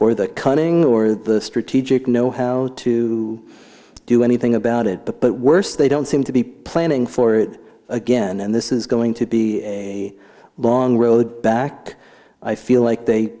or the cunning or the strategic know how to do anything about it but worse they don't seem to be planning for it again and this is going to be a long road back i feel like they